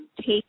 take